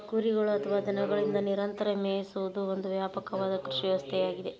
ಕುರಿಗಳು ಅಥವಾ ದನಗಳಿಂದ ನಿರಂತರ ಮೇಯಿಸುವುದು ಒಂದು ವ್ಯಾಪಕವಾದ ಕೃಷಿ ವ್ಯವಸ್ಥೆಯಾಗಿದೆ